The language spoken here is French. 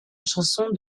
chanson